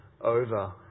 over